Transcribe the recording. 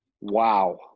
Wow